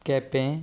Quepem